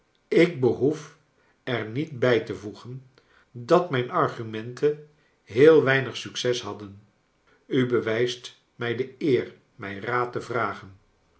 ik behoef er niet bij te voegen dat mijn argumenten heel weinig succes tiadden u bewrjst mij de eer mij raad te vragen